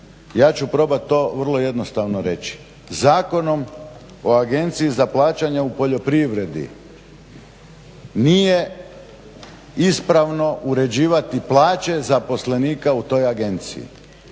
Ja ću probat to vrlo jednostavno reći, Zakonom o Agenciji za plaćanja u poljoprivredi nije ispravno uređivati plaće zaposlenika u toj agenciji.